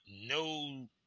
no